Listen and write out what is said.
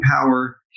power